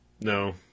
no